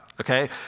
okay